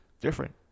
different